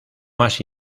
más